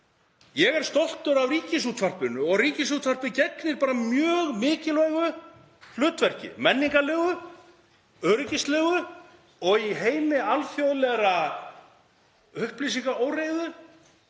Ég er stoltur af Ríkisútvarpinu og Ríkisútvarpið gegnir mjög mikilvægu hlutverki, menningarlegu og öryggislegu og í heimi alþjóðlegrar upplýsingaóreiðu